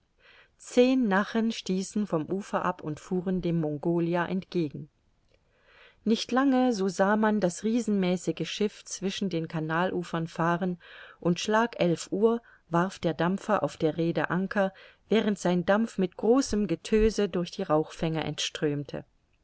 zehn nachen stießen vom ufer ab und fuhren dem mongolia entgegen nicht lange so sah man das riesenmäßige schiff zwischen den canalufern fahren und schlag elf uhr warf der dampfer auf der rhede anker während sein dampf mit großem getöse durch die rauchfänge